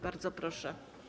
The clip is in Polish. Bardzo proszę.